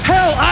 Hell